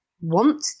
want